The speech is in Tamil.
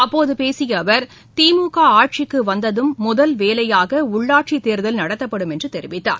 அப்போதுபேசியஅவர் திமுகஆட்சிக்குவந்ததும் முதல் வேலையாகஉள்ளாட்சித்தேர்தல் நடத்தப்படும் என்றுதெரிவித்தார்